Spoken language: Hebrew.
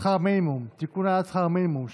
שכר מינימום (תיקון,